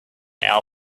our